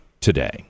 today